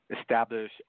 establish